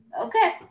Okay